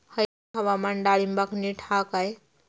हयला हवामान डाळींबाक नीट हा काय?